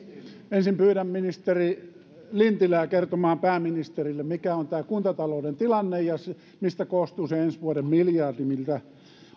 ensin pyydän ministeri lintilää kertomaan pääministerille mikä on kuntatalouden tilanne ja mistä koostuu se ensi vuoden miljardi